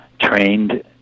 trained